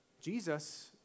Jesus